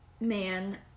man